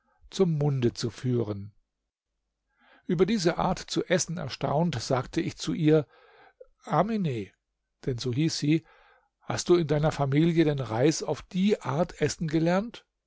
zum munde zu führen über diese art zu essen erstaunt sagte ich zu ihr amine denn so hieß sie hast du in deiner familie den reis auf die art essen gelernt